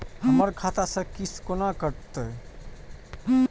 हमर खाता से किस्त कोना कटतै?